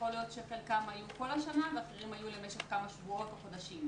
יכול להיות שחלקם היו כל השנה ואחרים היו למשך כמה שבועות או חודשים.